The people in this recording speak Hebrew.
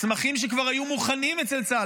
מסמכים שכבר היו מוכנים בצה"ל,